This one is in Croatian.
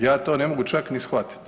Ja to ne mogu čak ni shvatiti.